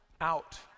out